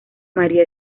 maria